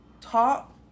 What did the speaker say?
Top